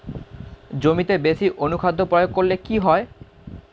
জমিতে বেশি অনুখাদ্য প্রয়োগ করলে কি হয়?